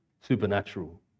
supernatural